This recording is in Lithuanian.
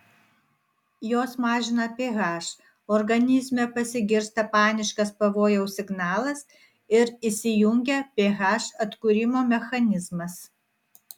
jos mažina ph organizme pasigirsta paniškas pavojaus signalas ir įsijungia ph atkūrimo mechanizmas